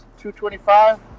225